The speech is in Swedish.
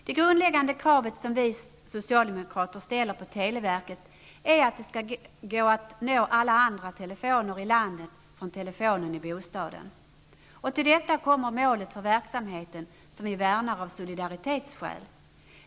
Det grundläggande kravet som vi socialdemokrater ställer på televerket är att det skall gå att nå alla andra telefoner i landet från telefonen i bostaden. Till detta kommer målet för verksamheten, som vi värnar av solidaritetsskäl.